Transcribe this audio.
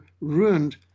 ruined